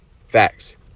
Facts